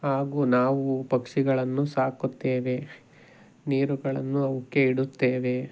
ಹಾಗು ನಾವು ಪಕ್ಷಿಗಳನ್ನು ಸಾಕುತ್ತೇವೆ ನೀರುಗಳನ್ನು ಅವಕ್ಕೆ ಇಡುತ್ತೇವೆ